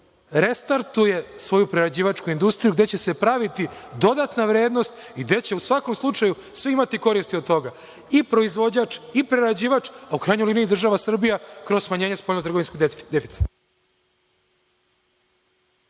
restartuje svoju prerađivačku industriju, gde će se praviti dodatna vrednost i gde će u svakom slučaju, svi imati koristi od toga, i proizvođač i prerađivač, a u krajnjoj liniji i država Srbija kroz smanjenje spoljnotrgovinskog deficita.